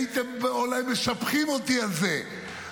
אולי הייתם משבחים אותי על זה.